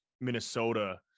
Minnesota